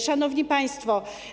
Szanowni Państwo!